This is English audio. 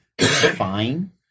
fine